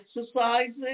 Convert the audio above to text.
exercising